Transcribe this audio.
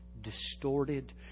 distorted